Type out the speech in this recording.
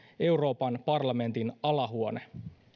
euroopan parlamentin alahuone